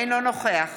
אינו נוכח